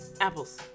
apples